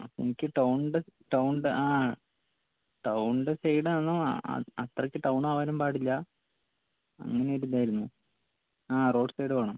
എനിക്ക് ടൗൺൻ്റെ ടൗൺൻ്റെ ആ ടൗൺൻ്റെ സൈഡാണ് അത്രയ്ക്ക് ടൗണാവാനും പാടില്ല അങ്ങനെയൊരിതായിരുന്നു ആ റോഡ് സൈഡ് വേണം